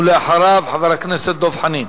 ואחריו, חבר הכנסת דב חנין.